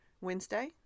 Wednesday